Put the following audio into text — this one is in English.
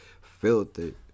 Filthy